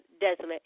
desolate